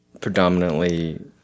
predominantly